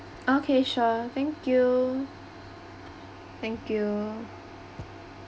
okay sure thank you thank you